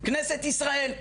כנסת ישראל,